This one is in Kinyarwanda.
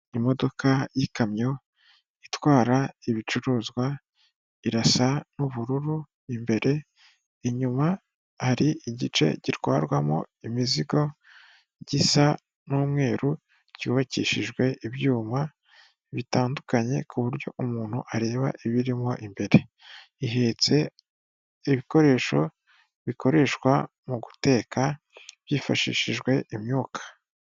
Imodoka y'ikamyo itwara ibicuruzwa irasa n'ubururu imbere, inyuma hari igice gitwarwamo imizigo gisa n'umweru cyubakishijwe ibyuma bitandukanye, ku buryo umuntu areba ibirimo imbere. Ihetse ibikoresho bikoreshwa mu guteka byifashishijwe imyuka.